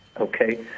okay